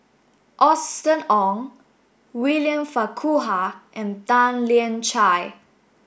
Austen Ong William Farquhar and Tan Lian Chye